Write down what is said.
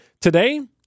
Today